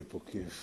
יהיה פה כיף,